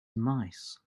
mice